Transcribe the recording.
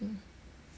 mm